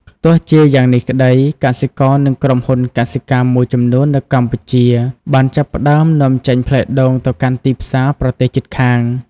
ទោះជាយ៉ាងនេះក្តី កសិករ និងក្រុមហ៊ុនកសិកម្មមួយចំនួននៅកម្ពុជាបានចាប់ផ្តើមនាំចេញផ្លែដូងទៅកាន់ទីផ្សារប្រទេសជិតខាង។